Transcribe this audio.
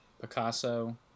Picasso